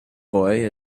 boy